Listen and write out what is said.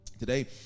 Today